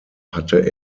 hatte